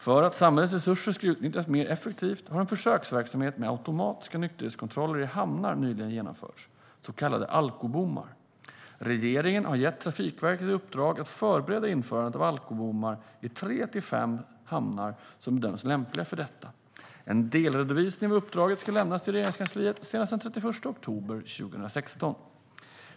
För att samhällets resurser ska utnyttjas mer effektivt har en försöksverksamhet med automatiska nykterhetskontroller i hamnar nyligen genomförts, så kallade alkobommar. Regeringen har gett Trafikverket i uppdrag att förbereda införandet av alkobommar i tre till fem hamnar som bedöms lämpliga för detta. En delredovisning av uppdraget ska lämnas till Regeringskansliet senast den 31 oktober 2016.